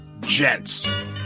gents